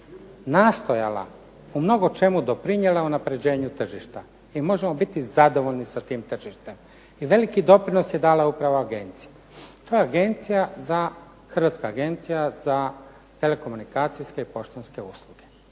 nastojala, u mnogo čemu doprinijela unapređenju tržišta i možemo biti zadovoljni sa tim tržištem. I veliki doprinos je dala upravo agencija. To je agencija za, Hrvatska agencija za telekomunikacijske i poštanske usluge.